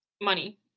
Money